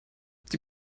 die